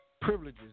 privileges